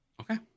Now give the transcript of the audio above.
okay